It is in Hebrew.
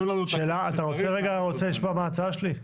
אתה רוצה לשמוע מה ההצעה שלי?